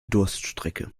durststrecke